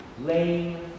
lame